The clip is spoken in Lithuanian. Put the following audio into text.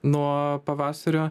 nuo pavasario